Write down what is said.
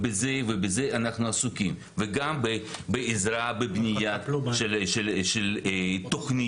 בזה אנחנו עסוקים, וגם בעזרה בבנייה של תוכניות.